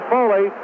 Foley